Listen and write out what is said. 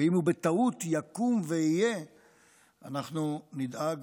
ואם הוא בטעות יקום ויהיה אנחנו נדאג